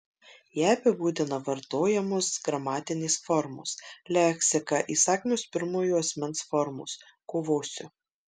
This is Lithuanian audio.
ją apibūdina vartojamos gramatinės formos leksika įsakmios pirmojo asmens formos kovosiu